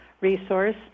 resource